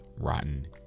Rotten